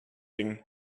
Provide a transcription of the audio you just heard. ding